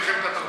כבוד היושב-ראש.